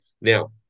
Now